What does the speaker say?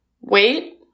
Wait